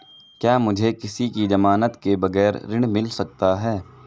क्या मुझे किसी की ज़मानत के बगैर ऋण मिल सकता है?